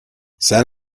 san